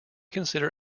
consider